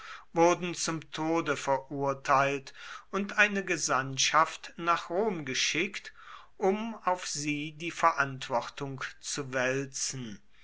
wurden zum tode verurteilt und eine gesandtschaft nach rom geschickt um auf sie die verantwortung zu wälzen